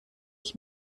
ich